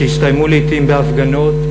שהסתיימו לעתים בהפגנות,